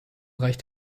reicht